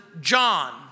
John